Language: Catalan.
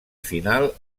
final